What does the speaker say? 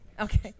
Okay